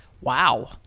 Wow